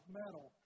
metal